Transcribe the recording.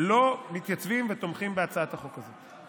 לא מתייצבים ותומכים בהצעת החוק הזאת.